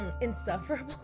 insufferable